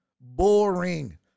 boring